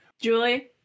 Julie